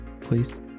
please